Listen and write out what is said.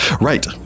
Right